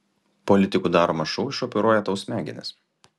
politikų daromas šou išoperuoja tau smegenis